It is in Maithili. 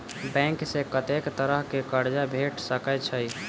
बैंक सऽ कत्तेक तरह कऽ कर्जा भेट सकय छई?